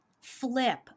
flip